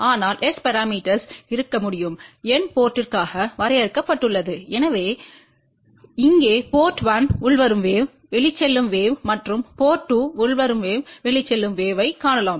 ஆனால் S parameters இருக்க முடியும் N போர்ட்த்திற்காக வரையறுக்கப்பட்டுள்ளது எனவே இங்கே போர்ட் 1 உள்வரும் வேவ் வெளிச்செல்லும் வேவ் மற்றும் போர்ட் 2 உள்வரும் வேவ் வெளிச்செல்லும் வேவ் ஐக் காணலாம்